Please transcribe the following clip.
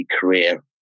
career